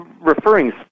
referring